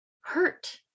hurt